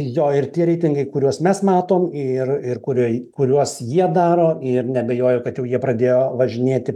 jo ir tie reitingai kuriuos mes matom ir ir kurioj kuriuos jie daro ir neabejoju kad jau jie pradėjo važinėti